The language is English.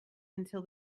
until